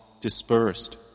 dispersed